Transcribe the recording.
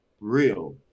real